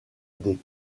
des